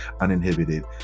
uninhibited